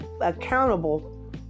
accountable